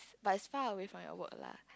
but is far away from your work lah